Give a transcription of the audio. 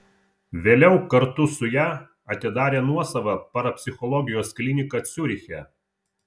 vėliau kartu su ja atidarė nuosavą parapsichologijos kliniką ciuriche